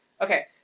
Okay